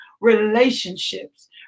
relationships